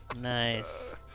nice